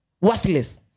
worthless